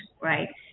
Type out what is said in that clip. right